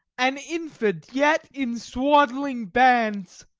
an infant yet in swaddling bands,